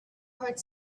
part